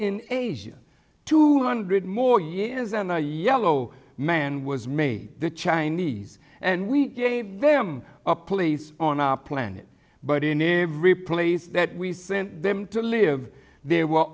in asia two hundred more years and a yellow man was made the chinese and we gave them a place on our planet but in every place that we sent them to live they were